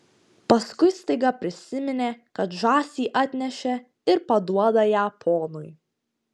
paskui staiga prisiminė kad žąsį atnešė ir paduoda ją ponui